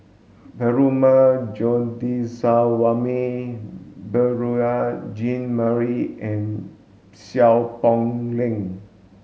Perumal Govindaswamy Beurel Jean Marie and Seow Poh Leng